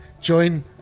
join